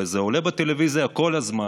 וזה עולה בטלוויזיה כל הזמן,